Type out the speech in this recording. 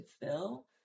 fill